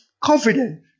confident